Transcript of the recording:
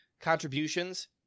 contributions